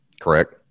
correct